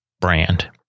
brand